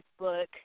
Facebook